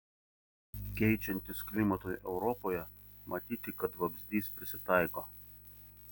keičiantis klimatui europoje matyti kad vabzdys prisitaiko